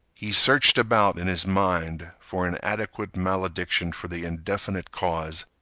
he searched about in his mind for an adequate malediction for the indefinite cause,